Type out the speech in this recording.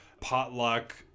potluck